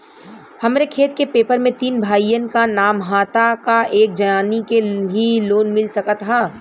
हमरे खेत के पेपर मे तीन भाइयन क नाम ह त का एक जानी के ही लोन मिल सकत ह?